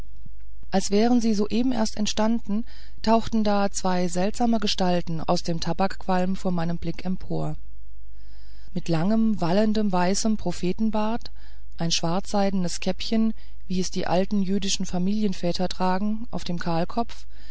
als wären sie soeben erst entstanden tauchten da zwei seltsame gestalten aus dem tabakqualm vor meinem blick empor mit langem wallendem weißen prophetenbart ein schwarzseidenes käppchen wie es die alten jüdischen familienväter tragen auf dem